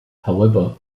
however